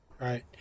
right